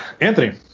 Anthony